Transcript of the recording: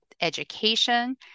education